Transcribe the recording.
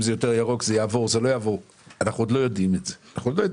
הכניסו עוד דברים לצו ואנחנו לא יודעים אותם.